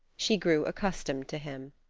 she grew accustomed to him.